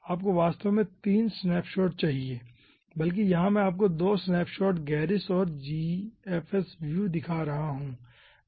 आपको वास्तव में 3 स्नैपशॉट चाहिए बल्कि यहाँ मैं आपको 2 स्नैपशॉट गेरिस और जीएफएसव्यू दिखा रहा हूँ